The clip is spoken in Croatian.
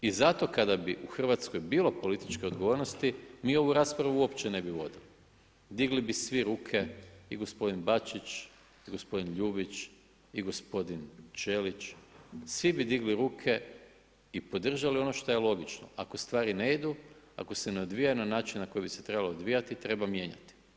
I zato kada bi u Hrvatskoj bilo političke odgovornosti, mi ovu raspravu uopće ne bi vodili. digli bi sve ruke, i gospodin Bačić i gospodin Ljubić i gospodin Ćelić, svi bi digli ruke i podržali ono šta je logično, ako stvari ne idu, ako se ne odvijaju na način na koji bi se trebale odvijati, treba mijenjati.